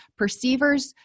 Perceivers